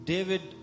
David